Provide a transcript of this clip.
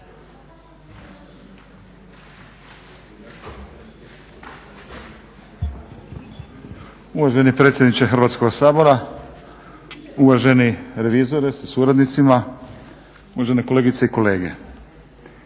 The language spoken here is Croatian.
Uvaženi predsjedniče Hrvatskoga sabora, uvaženi revizore sa suradnicima, uvažene kolegice i kolege.